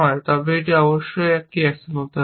তবে এটি অবশ্যই একটি অ্যাকশন হতে হবে